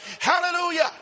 Hallelujah